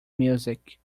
music